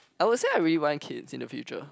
I would say I really want kids in the future